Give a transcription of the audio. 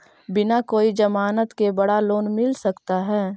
बिना कोई जमानत के बड़ा लोन मिल सकता है?